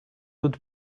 would